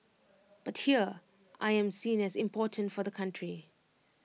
but here I am seen as important for the country